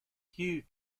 hugh